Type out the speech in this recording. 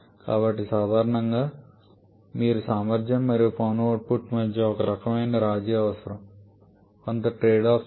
కాబట్టి సాధారణంగా మీరు సామర్థ్యం మరియు పని అవుట్పుట్ మధ్య ఒక రకమైన రాజీ అవసరం కొంత ట్రేడ్ ఆఫ్ చేయాలి